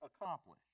accomplished